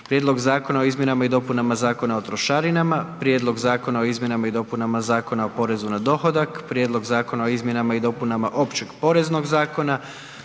Prijedlog Zakona o izmjenama i dopunama Zakona o trošarinama, Prijedlog Zakona o izmjenama i dopunama Zakona o porezu na dohodak, Prijedlog Zakona o izmjenama i dopunama Zakona o Općeg poreznog zakona,